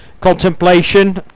contemplation